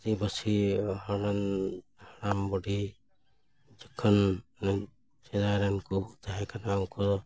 ᱟᱹᱫᱤᱵᱟᱹᱥᱤ ᱦᱚᱲ ᱨᱮᱱ ᱦᱟᱲᱟᱢ ᱵᱩᱰᱷᱤ ᱡᱚᱠᱷᱚᱱ ᱩᱱ ᱥᱮᱫᱟᱭ ᱨᱮᱱ ᱠᱚ ᱛᱟᱦᱮᱸ ᱠᱟᱱᱟ ᱩᱱᱠᱩ ᱫᱚ